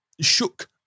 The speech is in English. shook